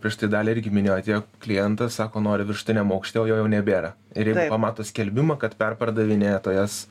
prieš tai dalia irgi minėjo atėjo klientas sako nori viršutiniam aukšte o jo jau nebėra ir jeigu pamato skelbimą kad perpardavinėtojas